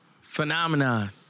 Phenomenon